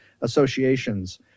associations